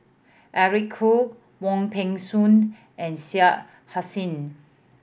Eric Khoo Wong Peng Soon and Shah Hussain